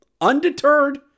undeterred